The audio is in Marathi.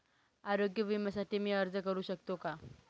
आरोग्य विम्यासाठी मी अर्ज करु शकतो का?